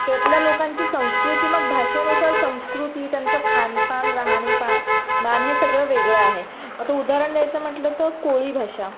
त्यातल्या लोकांची संस्कृती मग भाषेनुसार संस्कृती त्यांचं खानपान राहाणी पाण मान हे सगळं वेगळं आहे आता उदाहरण द्यायचं म्हटलं तर कोळी भाषा